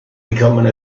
becoming